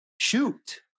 shoot